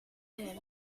him